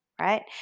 Right